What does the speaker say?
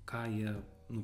ką jie nu